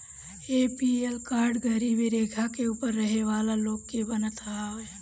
APL card गरीबी रेखा के ऊपर रहे वाला लोग के बनत हवे